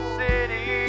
city